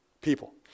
people